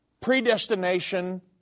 predestination